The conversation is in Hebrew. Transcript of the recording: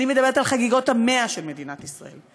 אני מדברת על חגיגות ה-100 של מדינת ישראל.